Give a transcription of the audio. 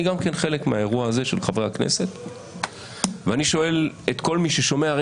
גם אני חלק מהאירוע הזה של חבר הכנסת ואני שואל את כל מי ששומע ואומר,